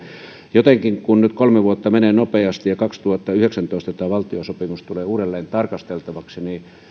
jotenkin kun nyt kolme vuotta menee nopeasti ja kaksituhattayhdeksäntoista tämä valtiosopimus tulee uudelleen tarkasteltavaksi